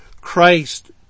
Christ